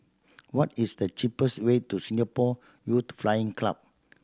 what is the cheapest way to Singapore Youth Flying Club